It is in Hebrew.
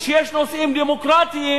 כשיש נושאים דמוקרטיים,